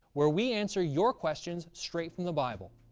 where we answer your questions straight from the bible,